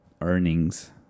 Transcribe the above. earnings